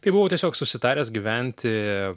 tai buvau tiesiog susitaręs gyventi